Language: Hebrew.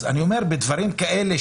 אז אני אומר שבדברים כאלה,